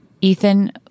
Ethan